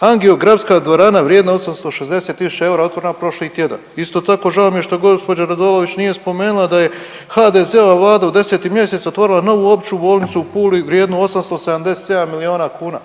Angeografska dvorana vrijedna 860 tisuća eura, otvorena prošli tjedan. Isto tako žao mi je što gđa. Radolović nije spomenula da je HDZ-ova Vlada u 10. mjesec otvorila novu Opću bolnicu u Puli vrijednu 877 milijuna kuna.